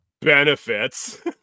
benefits